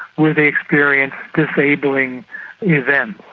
where they experience disabling events.